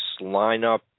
lineup